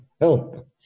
help